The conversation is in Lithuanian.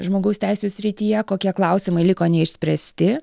žmogaus teisių srityje kokie klausimai liko neišspręsti